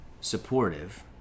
supportive